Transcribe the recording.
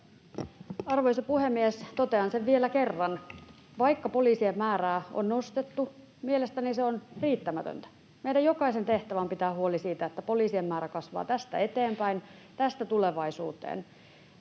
Arvoisa puhemies! Totean sen vielä kerran: Vaikka poliisien määrää on nostettu, mielestäni se on riittämätöntä. Meidän jokaisen tehtävä on pitää huoli siitä, että poliisien määrä kasvaa tästä eteenpäin, tästä tulevaisuuteen.